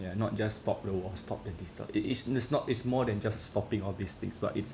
yeah not just stop wars or stop the this [one] it is it's not it's more than just stopping all these things but it's